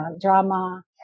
drama